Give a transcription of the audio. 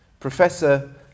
Professor